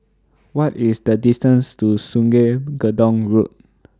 What IS The distance to Sungei Gedong Road